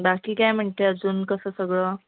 बाकी काय म्हणते अजून कसं सगळं